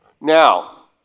Now